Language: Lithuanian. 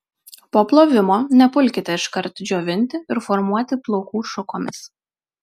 po plovimo nepulkite iškart džiovinti ir formuoti plaukų šukomis